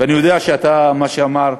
ואני יודע שאתה, מה שאומר,